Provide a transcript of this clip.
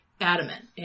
adamant